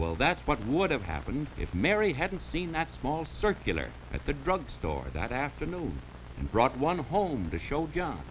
well that's what would have happened if mary hadn't seen that small circular at the drugstore that afternoon and brought one home to show